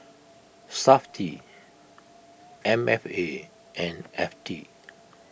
SAFTI M F A and F T